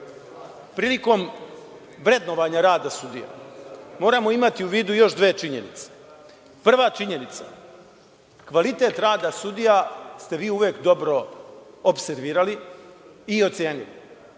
prilikom vrednovanja rada sudija, moramo imati u vidu još dve činjenice. Prva činjenica, kvalitet rada sudija ste vi uvek dobro opservirali i ocenili.